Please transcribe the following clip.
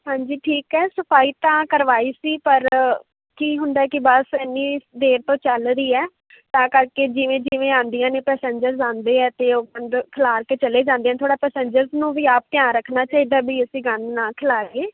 ਹਾਂਜੀ ਠੀਕ ਹੈ ਸਫ਼ਾਈ ਤਾਂ ਕਰਵਾਈ ਸੀ ਪਰ ਕੀ ਹੁੰਦਾ ਕਿ ਬੱਸ ਐਨੀ ਦੇਰ ਤੋਂ ਚੱਲ ਰਹੀ ਹੈ ਤਾਂ ਕਰਕੇ ਜਿਵੇਂ ਜਿਵੇਂ ਆਉਂਦੀਆਂ ਨੇ ਪਸੈਂਜਰਸ ਆਉਂਦੇ ਹੈ ਅਤੇ ਉਹ ਗੰਦ ਖਿਲਾਰ ਕੇ ਚਲੇ ਜਾਂਦੇ ਹਨ ਥੋੜ੍ਹਾ ਪਸੈਂਜਰਸ ਨੂੰ ਵੀ ਆਪ ਧਿਆਨ ਰੱਖਣਾ ਚਾਹੀਦਾ ਵੀ ਅਸੀਂ ਗੰਦ ਨਾ ਖਿਲਾਰੀਏ